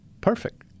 perfect